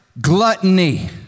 gluttony